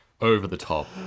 over-the-top